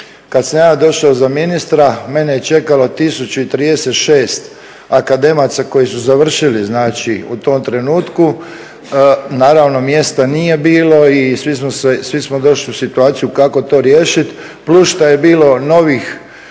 kada sam ja došao za ministra mene je čekalo 1036 akademaca koji su završili znači u tom trenutku naravno mjesta nije bilo i smo došli u situaciju kako to riješiti plus što je bilo novih